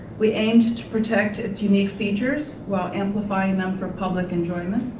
we aimed to protect its unique features while amplifying them for public enjoyment.